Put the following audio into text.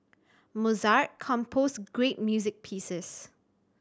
Mozart composed great music pieces